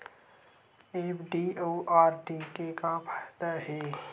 FD अउ RD के का फायदा हे?